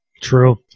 True